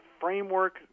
framework